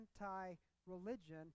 anti-religion